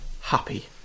happy